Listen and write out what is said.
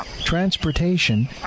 transportation